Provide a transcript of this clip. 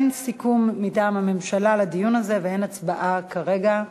אין סיכום מטעם הממשלה לדיון הזה ואין הצבעה כרגע,